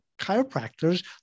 chiropractors